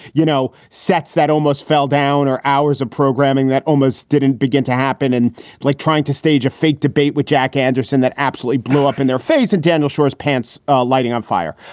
you know, sets that almost fell down or hours of programming that almost didn't begin to happen. and like trying to stage a fake debate with jack anderson that absolutely blew up in their face. and daniel schwartz, pants ah lighting on fire.